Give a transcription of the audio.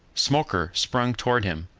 smoker sprung toward him,